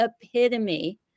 epitome